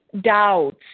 doubts